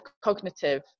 cognitive